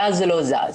מאז זה לא זז,